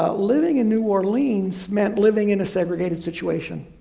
ah living in new orleans meant living in a segregated situation.